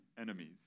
enemies